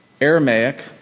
Aramaic